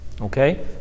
Okay